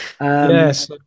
Yes